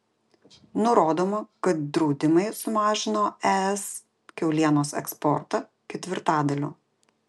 nurodoma kad draudimai sumažino es kiaulienos eksportą ketvirtadaliu